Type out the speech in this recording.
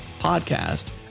Podcast